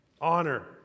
honor